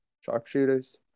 sharpshooters